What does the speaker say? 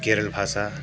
केरल भाषा